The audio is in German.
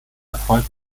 erfolg